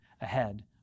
ahead